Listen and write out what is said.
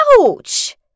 Ouch